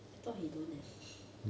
thought he don't leh